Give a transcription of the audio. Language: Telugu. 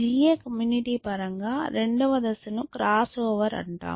GA కమ్యూనిటీ పరంగా రెండవ దశను క్రాస్ ఓవర్ అంటారు